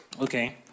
Okay